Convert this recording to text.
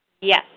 Yes